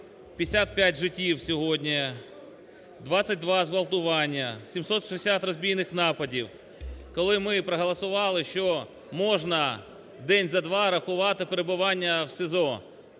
55 життів сьогодні, 22 зґвалтування, 760 розбійних нападів. Коли ми проголосували, що можна за два рахувати перебування в СІЗО.